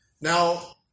Now